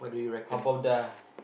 how about the